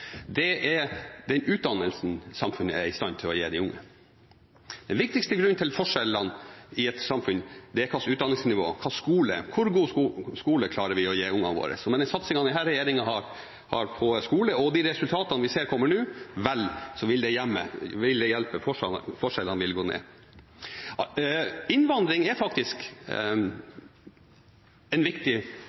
Det er den utdannelsen samfunnet er i stand til å gi de unge. Den viktigste grunnen til forskjeller i et samfunn er hva slags utdanningsnivå vi har, hvor god skole vi klarer å gi ungene våre. Med den satsingen som regjeringen har på skole, og med de resultatene som vi ser kommer nå, vil det hjelpe. Forskjellene vil bli mindre. Innvandring er faktisk en viktig